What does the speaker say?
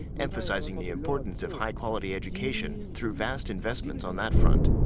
emphasizing the importance of high-quality education. through vast investments on that front.